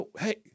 hey